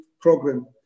Program